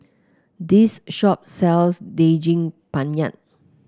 this shop sells Daging Penyet